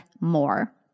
more